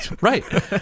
Right